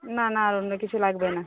না না আর অন্য কিছু লাগবে না